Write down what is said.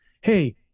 hey